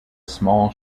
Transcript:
small